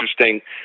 interesting